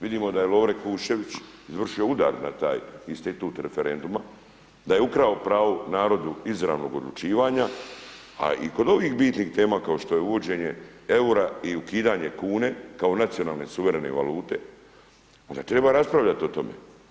Vidimo da je Lovre Kuščević izvršio udar na taj institut referenduma, da je ukrao pravo narodu izravnog odlučivanja, a i kod ovih bitnih tema kao što je uvođenje eura i ukidanje kune kao nacionalne suverene valute, onda treba raspravljati o tome.